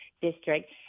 district